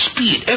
Speed